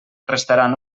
restaran